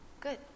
Good